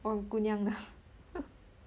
我很姑娘的